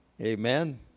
Amen